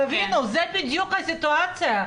תבינו, זו בדיוק הסיטואציה.